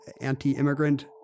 anti-immigrant